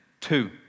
two